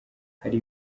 hari